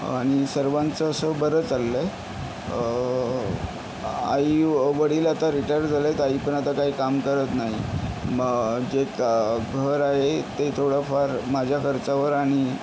आणि सर्वांचं असं बरं चाललंय आई वडील आता रिटायर झालेत आई पण आता काही काम करत नाही मग जे का घर आहे ते थोडंफार माझ्या खर्चावर आणि